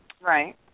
Right